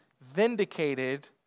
vindicated